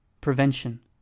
Prevention